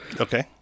Okay